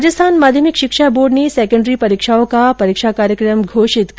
राजस्थान माध्यमिक शिक्षा बोर्ड ने सेकंडरी परीक्षाओं का परीक्षा कार्यक्रम घोषित कर दिया है